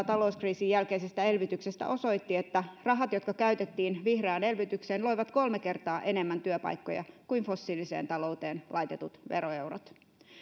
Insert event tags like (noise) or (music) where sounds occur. (unintelligible) talouskriisin jälkeisestä elvytyksestä osoitti että rahat jotka käytettiin vihreään elvytykseen loivat kolme kertaa enemmän työpaikkoja kuin fossiiliseen talouteen laitetut veroeurot